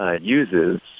uses